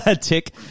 Tick